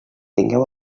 tingueu